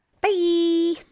Bye